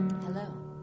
Hello